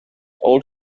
old